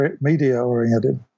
media-oriented